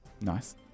nice